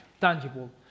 tangible